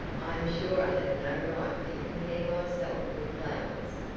i am sure i have no right to compare myself with flowers,